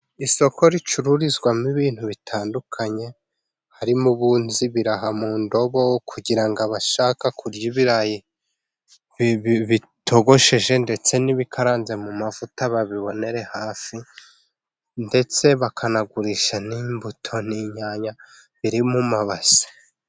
Isoko ricururizwamo ibintu bitandukanye, harimo ubunza ibiraha mu ndobo kugira ngo abashaka kurya ibirayi bitogosheje ndetse n'ibikaranze mu mavuta babibonere hafi ,ndetse bakanagurisha n'imbuto, n'inyanya biri mu mabase.